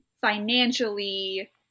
financially